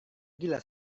gila